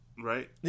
Right